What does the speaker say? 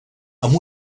amb